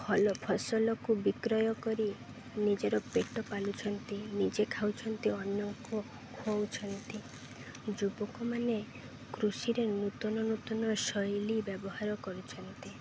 ଭଲ ଫସଲକୁ ବିକ୍ରୟ କରି ନିଜର ପେଟ ପାଲୁଛନ୍ତି ନିଜେ ଖାଉଛନ୍ତି ଅନ୍ୟକୁ ଖୁଆଉଛନ୍ତି ଯୁବକମାନେ କୃଷିରେ ନୂତନ ନୂତନ ଶୈଳୀ ବ୍ୟବହାର କରୁଛନ୍ତି